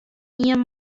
ien